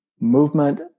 Movement